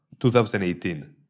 2018